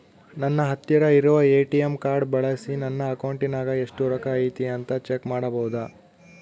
ನನ್ನ ಹತ್ತಿರ ಇರುವ ಎ.ಟಿ.ಎಂ ಕಾರ್ಡ್ ಬಳಿಸಿ ನನ್ನ ಅಕೌಂಟಿನಾಗ ಎಷ್ಟು ರೊಕ್ಕ ಐತಿ ಅಂತಾ ಚೆಕ್ ಮಾಡಬಹುದಾ?